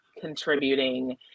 contributing